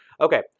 Okay